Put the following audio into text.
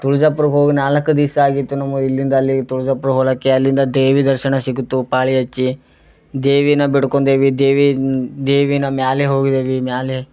ತುಳ್ಜಾಪುರಕ್ಕೆ ಹೋಗಿ ನಾಲ್ಕು ದಿವ್ಸ ಆಗಿತ್ತು ನಮಗ್ ಇಲ್ಲಿಂದ ಅಲ್ಲಿ ತುಳಜಾಪುರ ಹೋಗಕ್ಕೆ ಅಲ್ಲಿಂದ ದೇವಿ ದರ್ಶನ ಸಿಗುತ್ತೆ ಪಾಳಿ ಹಚ್ಚಿ ದೇವಿನ ಬೇಡ್ಕೊಂಡೇವಿ ದೇವಿ ದೇವಿನ ಮೇಲೆ ಹೋಗಿದ್ದೇವೆ ಮೇಲೆ